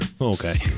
Okay